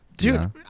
Dude